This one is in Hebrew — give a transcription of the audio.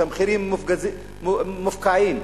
שהמחירים מופקעים,